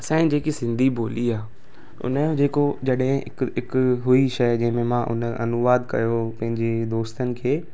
असांजी जेकी सिंधी ॿोली आहे उन जो जेको जॾहिं हिकु हिकु शइ जंहिं में मां उन जो अनुवाद कयो पंहिंजे दोस्तनि खे